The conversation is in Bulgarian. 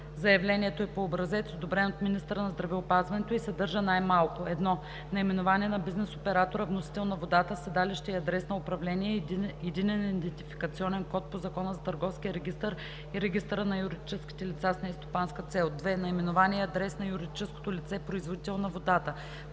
Заявлението е по образец, одобрен от министъра на здравеопазването и съдържа най-малко: 1. наименование на бизнес оператора, вносител на водата, седалище и адрес на управление, единен идентификационен код по Закона за търговския регистър и регистъра на юридическите лица с нестопанска цел; 2. наименование и адрес на юридическото лице – производител на водата;